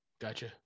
Gotcha